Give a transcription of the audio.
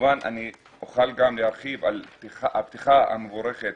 אני אוכל להרחיב על הפתיחה המבורכת